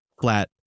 flat